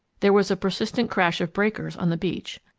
there was a persistent crash of breakers on the beach.